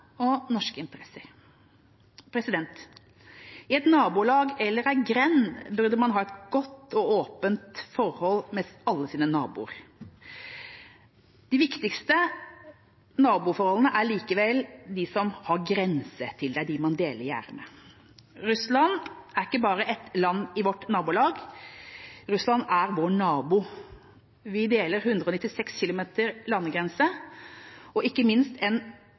og norske interesser. I et nabolag eller i en grend burde man ha et godt og åpent forhold til alle sine naboer. De viktigste naboforholdene er likevel med dem man har grense til, dem man deler gjerde med. Russland er ikke bare et land i vårt nabolag, Russland er vår nabo – vi deler 196 kilometer landegrense og ikke minst en